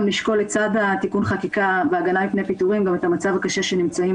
לשקול לצד תיקון החקיקה להגנה מפני פיטורים גם את המצב הקשה שנמצאים